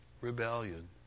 rebellion